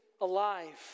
alive